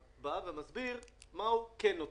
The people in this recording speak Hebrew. האוצר מסביר מה הוא כן נותן,